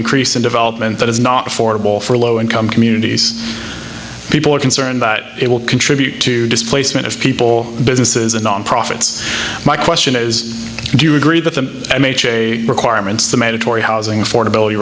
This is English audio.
increase in development that is not affordable for low income communities people are concerned but it will contribute to displacement of people businesses and non profits my question is do you agree that the mh a requirements the mandatory housing affordability